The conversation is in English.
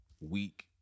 week